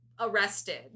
arrested